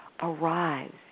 arrives